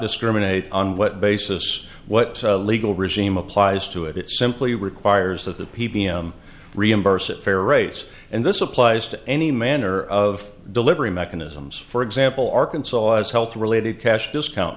discriminate on what basis what legal regime applies to it it simply requires that the p b m reimburse it fair rates and this applies to any manner of delivery mechanisms for example arkansas laws health related cash discount